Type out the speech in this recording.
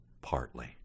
partly